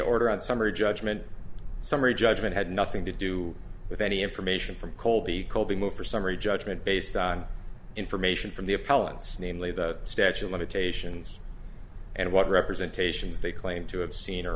order on summary judgment summary judgment had nothing to do with any information from colby colby move for summary judgment based on information from the appellant's namely the statue of limitations and what representations they claim to have seen or